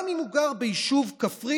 גם אם הוא גר ביישוב כפרי.